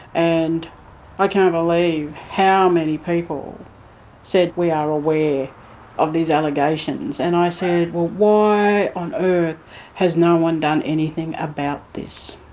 and i can't believe how many people said we are aware of these allegations. and i said, well, why on earth has no one done anything about this?